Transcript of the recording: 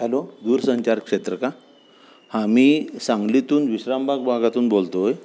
hello दूरसंचार क्षेत्र का हा मी सांगलीतून विश्रामबाग भागातून बोलतो आहे